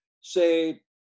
say